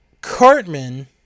Cartman